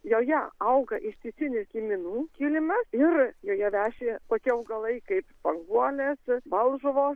joje auga ištisinis kiminų kilimas ir joje veši tokie augalai kaip spanguolės balžuvos